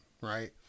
right